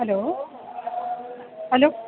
hello hello